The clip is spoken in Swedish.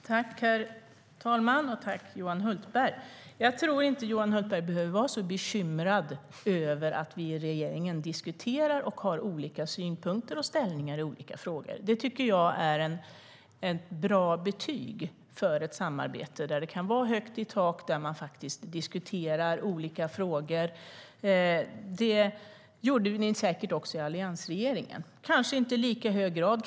Herr talman! Tack, Johan Hultberg! Jag tror inte att du, Johan Hultberg, behöver vara särskilt bekymrad över att vi diskuterar i regeringen och har olika synpunkter och ställningar i olika frågor. Det är ett bra betyg för ett samarbete där det kan vara högt i tak och där man diskuterar olika frågor. Det gjorde ni säkert i alliansregeringen också, men kanske inte i lika hög grad.